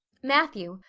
matthew,